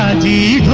de